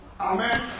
Amen